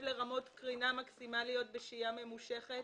לרמות קרינה מקסימליות בשהייה ממושכת,